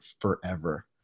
forever